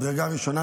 זה מדרגה ראשונה,